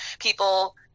people